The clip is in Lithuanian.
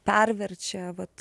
perverčia vat